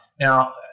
Now